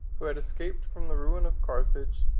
who had escaped from the ruin of carthage,